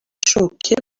شوکه